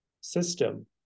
system